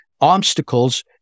obstacles